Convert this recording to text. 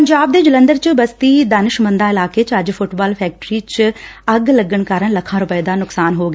ਪੰਜਾਬ ਦੇ ਜਲੰਧਰ ਚ ਬਸਤੀ ਦਾਨਿਸ਼ਮੰਦਾ ਇਲਾਕੇ ਵਿਚ ਅੱਜ ਫੁੱਟਬਾਲ ਫੈਕਟਰੀ ਚ ਅੱਗ ਲੱਗਣ ਕਾਰਨ ਲੱਖਾਂ ਰੁਪੈ ਦਾ ਨੁਕਸਾਨ ਹੋ ਗਿਆ